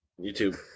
YouTube